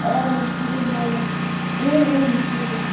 অঁ সেইটো হয় বাৰু সেইটোৱে